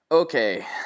Okay